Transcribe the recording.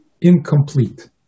Incomplete